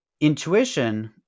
Intuition